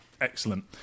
Excellent